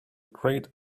great